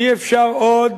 אי-אפשר עוד